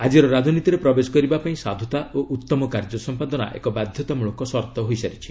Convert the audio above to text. ଆଜିର ରାଜନୀତିରେ ପ୍ରବେଶ କରିବା ପାଇଁ ସାଧୁତା ଓ ଉତ୍ତମ କାର୍ଯ୍ୟ ସମ୍ପାଦନା ଏକ ବାଧ୍ୟତାମଳକ ସର୍ତ୍ତ ହୋଇସାରିଛି